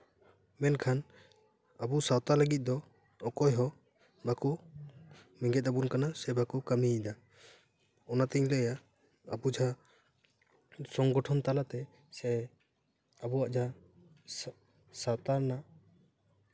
ᱢᱮᱱᱠᱷᱟᱱ ᱟᱵᱚ ᱥᱟᱶᱛᱟ ᱞᱟᱹᱜᱤᱫ ᱫᱚ ᱚᱠᱚᱭ ᱦᱚᱸ ᱵᱟᱠᱚ ᱵᱮᱸᱜᱮᱫ ᱟᱵᱚᱱ ᱠᱟᱱᱟ ᱥᱮ ᱵᱟᱠᱚ ᱠᱟᱹᱢᱤᱭᱮᱫᱟ ᱚᱱᱟᱛᱤᱧ ᱞᱟᱹᱭᱟ ᱟᱵᱚ ᱡᱟᱦᱟᱸ ᱥᱚᱝᱜᱚᱴᱷᱚᱱ ᱛᱟᱞᱟᱛᱮ ᱥᱮ ᱟᱵᱚᱣᱟᱜ ᱡᱟᱦᱟᱸ ᱥᱟᱶᱛᱟ ᱨᱮᱱᱟᱜ